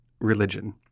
religion